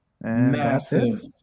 Massive